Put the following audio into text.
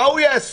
מה הוא יעשה?